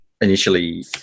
initially